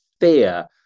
fear